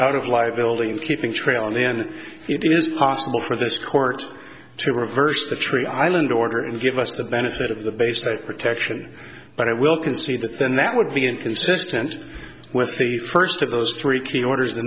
out of liability in keeping trail on the end it is possible for this court to reverse the tree island order and give us the benefit of the base that protection but i will concede that then that would be inconsistent with the first of those three key orders the